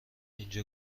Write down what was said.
اینجا